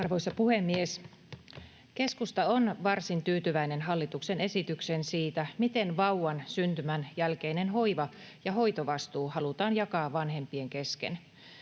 Arvoisa puhemies! Keskusta on varsin tyytyväinen hallituksen esitykseen siitä, miten vauvan syntymän jälkeinen hoiva‑ ja hoitovastuu halutaan jakaa vanhempien kesken.